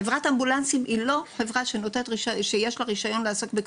חברת אמבולנסים אינה חברה שיש לה רישיון שכזה,